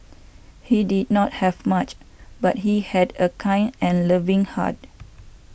he did not have much but he had a kind and loving heart